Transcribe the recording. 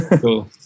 Cool